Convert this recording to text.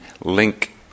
link